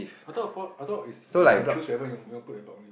I thought I poi~ I thought is you can choose whenever you want put your block leave